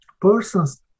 persons